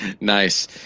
Nice